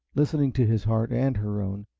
listening to his heart and her own,